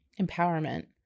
empowerment